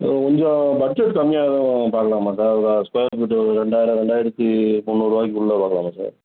கொஞ்சம் பட்ஜெட் கம்மியாக எதுவும் பார்க்குலாமா சார் ஸ்கொயர் ஃபீட்டு ஒரு ரெண்டாயிரம் ரெண்டாயிரத்தி முந்நூறுரூவாய்க்குள்ள பார்க்குலாமா சார்